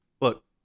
Look